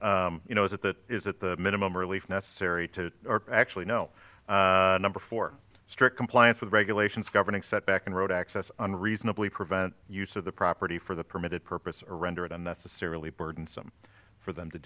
you know is it that is that the minimum or leave necessary to actually know number four strict compliance with regulations governing setback and road access unreasonably prevent use of the property for the permitted purpose or render it unnecessarily burdensome for them to